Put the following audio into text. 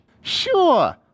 Sure